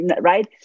right